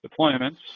deployments